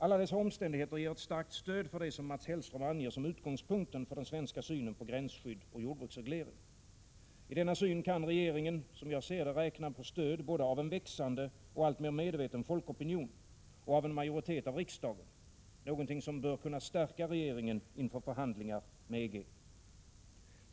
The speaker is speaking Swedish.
Alla dessa omständigheter ger ett starkt stöd för det som Mats Hellström anger som utgångspunkten för den svenska synen på gränsskydd och jordbruksreglering. I denna syn kan regeringen — som jag ser det räkna på stöd både av en växande och alltmer medveten folkopinion och av en majoritet av riksdagen, något som bör kunna stärka regeringen inför förhandlingar med EG.